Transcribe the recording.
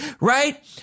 Right